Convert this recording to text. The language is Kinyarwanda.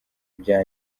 bya